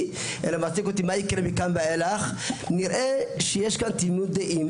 אלא מעסיק אותי מה יקרה מכאן ואילך - נראה שיש פה תמימות דעים